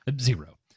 zero